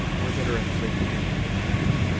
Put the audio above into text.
or that are afflicted in any manner?